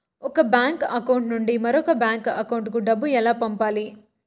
ఒక bank account నుంచి మరొక బ్యాంకు అకౌంట్ కు డబ్బు ఎలా పంపాలి